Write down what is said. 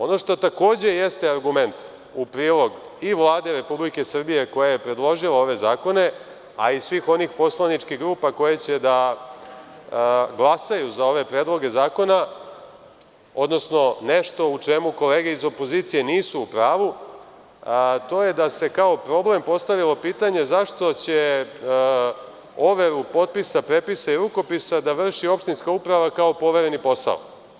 Ono što takođe jeste argument u prilog i Vlade Republike Srbije koja je predložila ove zakone, a i svih onih poslaničkih grupa koje će da glasaju za ove predloge zakona, odnosno nešto u čemu kolege iz opozicije nisu u pravu to je da se kao problem postavilo pitanje zašto će overu potpisa, prepisa i rukopisa da vrši opštinska uprava kao povereni posao.